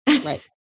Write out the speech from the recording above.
Right